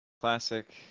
classic